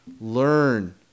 learn